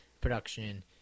production